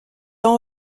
ans